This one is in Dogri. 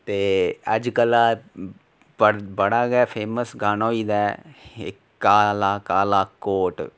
ते अजकल दा बड़ा गै फैमस गाना होई गेदा ऐ काला काला कोट